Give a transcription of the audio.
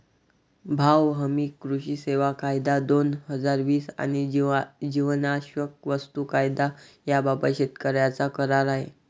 भाव हमी, कृषी सेवा कायदा, दोन हजार वीस आणि जीवनावश्यक वस्तू कायदा याबाबत शेतकऱ्यांचा करार आहे